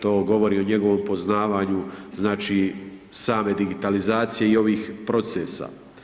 To govori o njegovom poznavanju, znači same digitalizacije i ovih procesa.